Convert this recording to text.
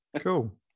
cool